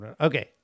Okay